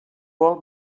vol